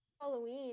Halloween